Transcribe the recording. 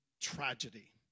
tragedy